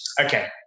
Okay